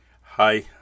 Hi